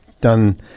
done